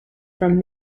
from